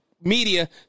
media